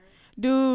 Dude